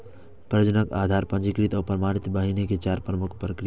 प्रजनक, आधार, पंजीकृत आ प्रमाणित बीहनि के चार मुख्य प्रकार छियै